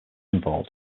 involved